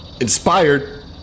Inspired